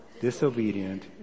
disobedient